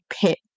pick